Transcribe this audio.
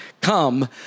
Come